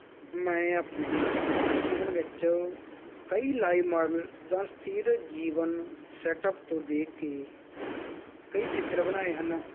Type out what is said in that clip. ਮੈਂ ਆਪਣੇ ਜੀਵਨ ਵਿੱਚ ਕਈ ਲਾਈਵ ਮਾਡਲ ਜਾਂ ਸਥਿਰ ਜੀਵਨ ਸੈਟਅਪ ਤੋਂ ਦੇਖ ਕੇ ਕਈ ਚਿੱਤਰ ਬਣਾਏ ਹਨ